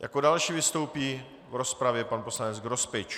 Jako další vystoupí v rozpravě pan poslanec Grospič.